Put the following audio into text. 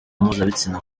mpuzabitsina